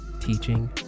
teaching